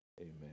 Amen